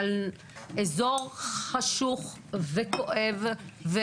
על אזור חשוך וכואב.